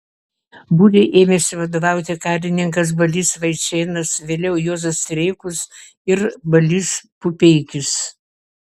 būriui ėmėsi vadovauti karininkas balys vaičėnas vėliau juozas streikus ir balys pupeikis